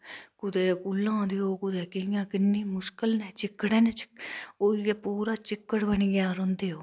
कुदै कूलां देओ कुदै केहियैं किन्नी मुश्कल नै चिक्कड़ नै ओह् इयां चिक्कड़ बनियै रौह्ंदे ओह्